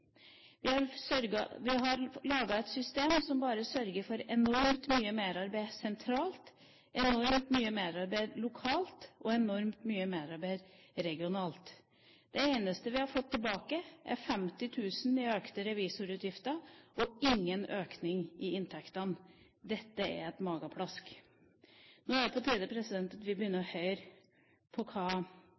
Vi har laget et system som bare sørger for enormt mye merarbeid sentralt, enormt mye merarbeid lokalt og enormt mye merarbeid regionalt. Det eneste vi har fått tilbake, er 50 000 kr i økte revisorutgifter og ingen økning i inntektene. Dette er et mageplask. Nå er det på tide at vi begynner å høre på hva